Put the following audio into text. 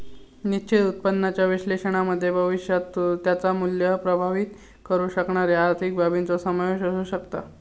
निश्चित उत्पन्नाच्या विश्लेषणामध्ये भविष्यात त्याचा मुल्य प्रभावीत करु शकणारे आर्थिक बाबींचो समावेश असु शकता